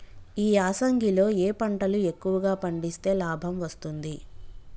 ఈ యాసంగి లో ఏ పంటలు ఎక్కువగా పండిస్తే లాభం వస్తుంది?